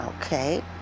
Okay